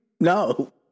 no